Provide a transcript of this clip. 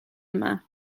yma